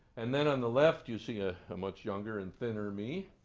and then on the left, you see a much younger and thinner me